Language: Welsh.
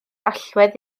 allwedd